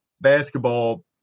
Basketball